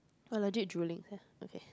ah legit drooling ya okay